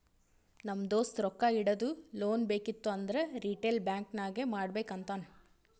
ನಮ್ ದೋಸ್ತ ರೊಕ್ಕಾ ಇಡದು, ಲೋನ್ ಬೇಕಿತ್ತು ಅಂದುರ್ ರಿಟೇಲ್ ಬ್ಯಾಂಕ್ ನಾಗೆ ಮಾಡ್ಬೇಕ್ ಅಂತಾನ್